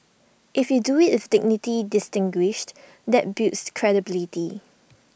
if you do IT with dignity distinguished that builds credibility